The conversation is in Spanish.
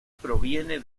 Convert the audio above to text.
proviene